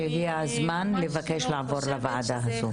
שהגיע הזמן לבקש לעבור לוועדה הזו.